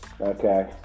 Okay